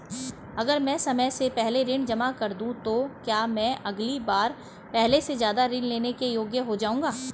अगर मैं समय से पहले ऋण जमा कर दूं तो क्या मैं अगली बार पहले से ज़्यादा ऋण लेने के योग्य हो जाऊँगा?